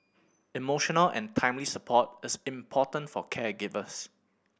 emotional and timely support is important for caregivers